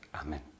Amen